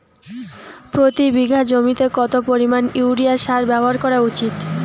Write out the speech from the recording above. প্রতি বিঘা জমিতে কত পরিমাণ ইউরিয়া সার ব্যবহার করা উচিৎ?